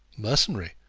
mercenary!